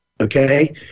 okay